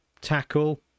tackle